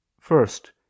First